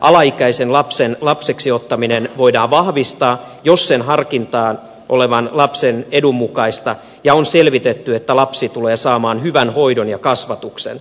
alaikäisen lapsen lapseksiottaminen voidaan vahvistaa jos sen harkitaan olevan lapsen edun mukaista ja on selvitetty että lapsi tulee saamaan hyvän hoidon ja kasvatuksen